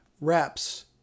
Reps